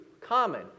common